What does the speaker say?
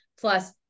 Plus